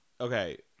Okay